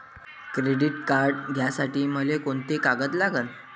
Credit card घ्यासाठी मले कोंते कागद लागन?